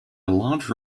large